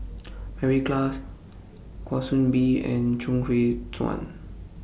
Mary Klass Kwa Soon Bee and Chuang Hui Tsuan